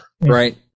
right